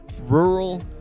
rural